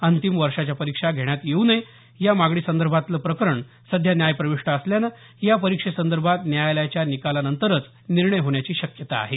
अंतिम वर्षाच्या परीक्षा घेण्यात येऊ नये या मागणीसंदर्भातलं प्रकरण सध्या न्यायप्रविष्ट असल्यानं या परीक्षेसंदर्भात न्यायालयाच्या निकालानंतरच निर्णय होण्याची शक्यता आहे